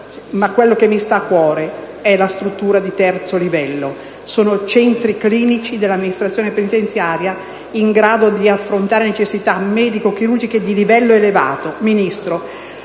Ma quella che mi sta a cuore è la struttura di terzo livello. Sono centri clinici dell'amministrazione penitenziaria in grado di affrontare necessità medico-chirurgiche di elevato